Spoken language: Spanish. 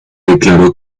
declaró